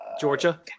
Georgia